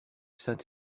saint